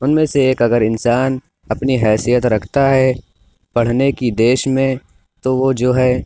ان میں سے ایک اگر انسان اپنی حیثیت رکھتا ہے پڑھنے کی دیش میں تو وہ جو ہے